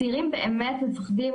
צעירים באמת מפחדים,